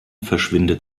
verschwindet